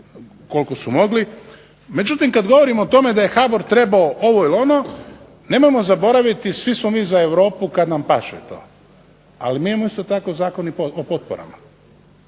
koliko su mogli, međutim, kada govorimo o tome da je HBOR trebao ovo ili ono, nemojmo zaboraviti svi smo mi za Europu kada nam paše to ali imamo isto tako Zakon o potporama,